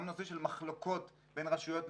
גם הנושא של מחלוקות בין רשויות,